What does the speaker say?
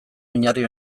oinarri